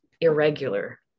irregular